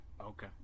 okay